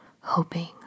hoping